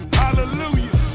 hallelujah